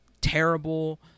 terrible